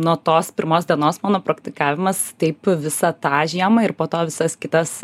nuo tos pirmos dienos mano praktikavimas taip visą tą žiemą ir po to visas kitas